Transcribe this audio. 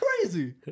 crazy